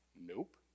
nope